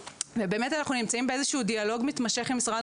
באמת אנחנו נמצאים באיזה שהוא דיאלוג מתמשך עם משרד